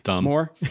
more